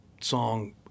song